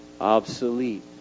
Obsolete